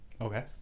Okay